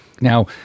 Now